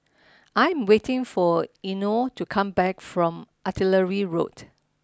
I am waiting for Eino to come back from Artillery Road